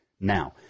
Now